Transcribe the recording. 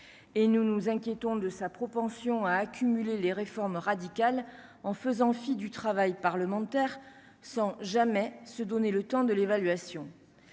et nous nous inquiétons de sa propension à accumuler les réformes radicales en faisant fi du travail parlementaire, sans jamais se donner le temps de l'évaluation,